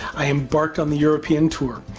i embarked on the european tour,